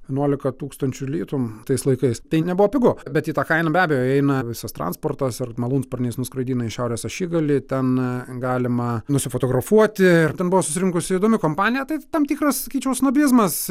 vienuolika tūkstančių litų tais laikais tai nebuvo pigu bet į tą kainą be abejo įeina visas transportas ar malūnsparniais nuskraidina į šiaurės ašigalį ten galima nusifotografuoti ir ten buvo susirinkusi įdomi kompanija tai tam tikras sakyčiau snobizmas